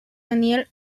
daniel